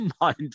mind